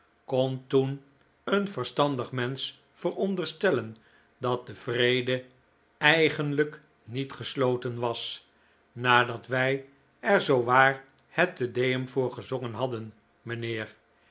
kon toen een verstandig mensch veronderstellen dat de vrede eigenlijk niet gesloten was nadat wij er zoowaar het te deum voor gezongen hadden mijnheer